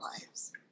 lives